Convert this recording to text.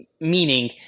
Meaning